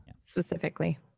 specifically